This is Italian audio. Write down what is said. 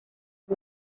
sul